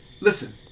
Listen